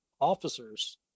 officers